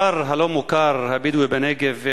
הכפר הלא-מוכר הבדואי בנגב ואדי-אל-נעם,